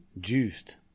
juiced